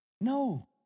No